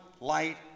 light